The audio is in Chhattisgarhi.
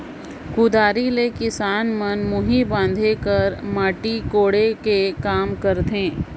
कुदारी ले किसान मन मुही बांधे कर, माटी कोड़े कर काम करथे